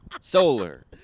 solar